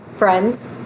Friends